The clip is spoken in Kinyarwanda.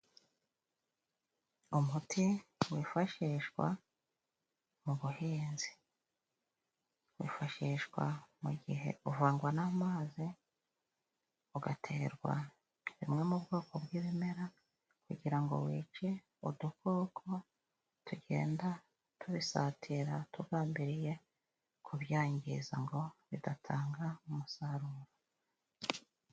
Umuti wifashishwa mu buhinzi wifashishwa mu gihe uvangwa n'amazi ugaterwa bimwe mu bwoko bw'ibimera kugira ngo wice udukoko tugenda tubisatira tugambiriye kubyangiza ngo bidatanga umusaruro..